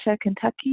Kentucky